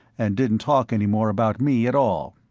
and didn't talk any more about me at all.